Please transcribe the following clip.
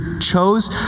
chose